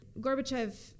Gorbachev